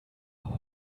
waren